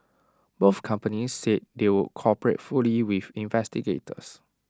both companies said they would cooperate fully with investigators